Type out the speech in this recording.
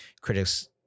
critics